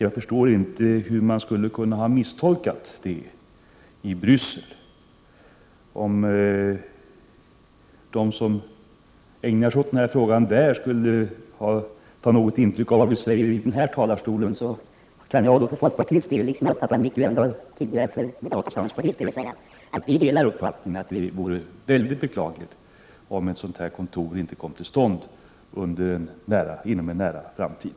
Jag förstår därför inte hur man i Bryssel kan ha misstolkat vår inställning. Om de i Bryssel som ägnar sig åt denna fråga skulle ta något intryck av vad vi säger i denna talarstol, kan jag för folkpartiets del liksom Nic Grönvall tidigare för moderaternas del säga att vi delar uppfattningen att det vore mycket beklagligt om ett sådant här kontor inte kommer till stånd inom en nära framtid.